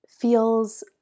feels